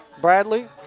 Bradley